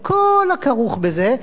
כל הכרוך בזה,